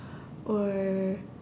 or